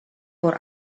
por